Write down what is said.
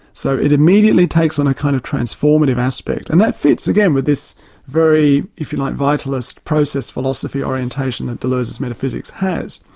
so it immediately takes on a kind of transformative aspect, and that fits again, with this very, if you like, vitalist process philosophy orientation that deleuze's metaphysics has.